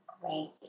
Great